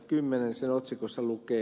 sen otsikossa lukee